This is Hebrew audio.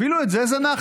אפילו את זה זנחתם?